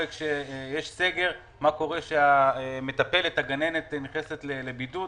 כשיש סגר ומה קורה כאשר המטפלת או הגננת נכנסת לבידוד